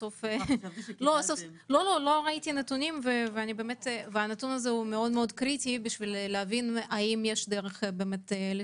לא ראיתי נתונים עד עכשיו והנתון הזה מאוד קריטי כדי להבין את המצב.